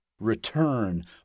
Return